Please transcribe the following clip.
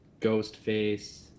Ghostface